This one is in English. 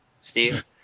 Steve